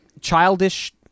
childish